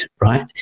right